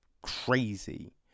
crazy